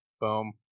boom